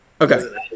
Okay